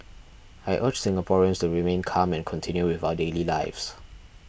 I urge Singaporeans to remain calm and continue with our daily lives